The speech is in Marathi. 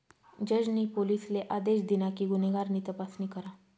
जज नी पोलिसले आदेश दिना कि गुन्हेगार नी तपासणी करा